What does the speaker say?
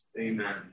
amen